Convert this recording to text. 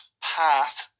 path